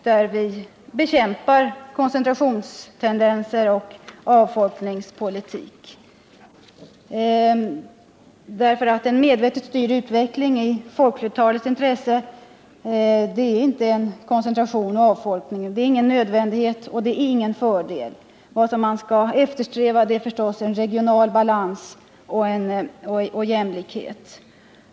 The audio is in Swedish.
Där bekämpar vi koncentrationstendenser och avfolkningspolitik därför att de medvetet styr utvecklingen. Koncentration och avfolkning är inte i folkflertalets intresse, utan vad man skall eftersträva är förstås regional balans och jämlikhet.